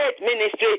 ministry